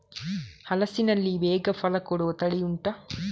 ಹಲಸಿನಲ್ಲಿ ಬೇಗ ಫಲ ಕೊಡುವ ತಳಿ ಉಂಟಾ